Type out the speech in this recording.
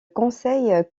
conseil